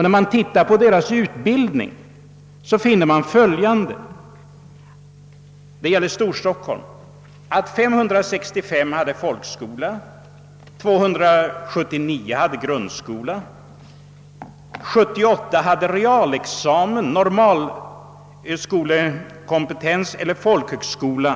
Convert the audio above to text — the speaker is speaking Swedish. När man ser på deras utbildning kommer man fram till följande, som alltså gäller Storstockholm. Av ungdomarna hade 565 folkskola, 279 grundskola och 78 realexamen, normalskolekompetens eller folkhögskola.